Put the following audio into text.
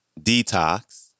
detox